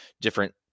different